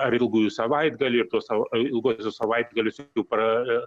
ar ilgųjų savaitgalių ir tuos savo a ilguosius savaitgalius jau pra